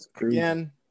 again